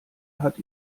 hat